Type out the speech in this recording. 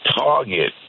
target